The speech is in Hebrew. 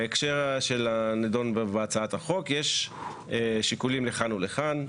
בהקשר הנדון בהצעת החוק יש שיקולים לכאן ולכאן,